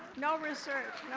no research,